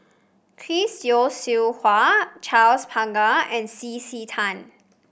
Chris Yeo Siew Hua Charles Paglar and C C Tan